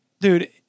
Dude